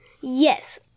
Yes